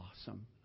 awesome